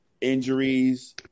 injuries